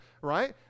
right